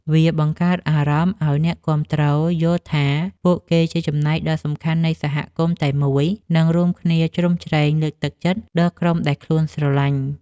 វាបង្កើតអារម្មណ៍ឱ្យអ្នកគាំទ្រយល់ថាពួកគេជាចំណែកដ៏សំខាន់នៃសហគមន៍តែមួយ និង រួមគ្នាជ្រោមជ្រែងលើកទឹកចិត្តដល់ក្រុមដែលខ្លួនស្រលាញ់។